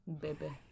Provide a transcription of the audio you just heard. baby